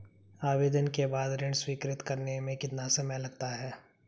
आवेदन के बाद ऋण स्वीकृत करने में कितना समय लगता है?